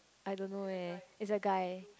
I don't know eh it's a guy